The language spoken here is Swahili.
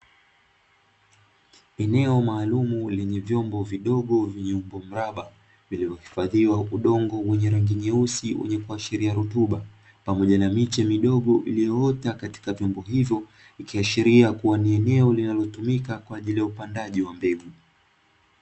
Eneo maalumu lenye vyombo vidogo vyenye umbo mraba vilivyo hifadhiwa udongo wenye rangi nyeusi wenye kuashiria rotuba pamoja na miche midogo ilioota katika vyombo hivyo ikiashiria kuwa ni eneo linalotumika kwaajili ya upandaji wa mbegu.